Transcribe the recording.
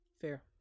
Fair